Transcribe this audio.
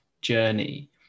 journey